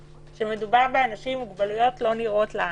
כשמדובר באנשים עם מוגבלויות שלא נראות לעין.